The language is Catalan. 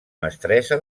mestressa